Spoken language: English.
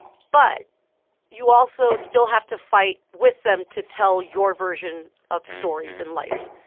but you also still have to fight with them to tell your version of stories in life,